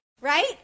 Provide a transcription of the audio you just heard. Right